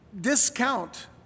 discount